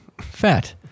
fat